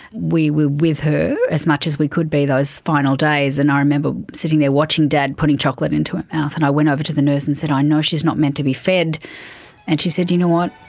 we were with her as much as we could be, those final days, and i remember sitting there watching dad putting chocolate into her mouth, and i went over to the nurse and i said, i know she is not meant to be fed and she said, do you know what?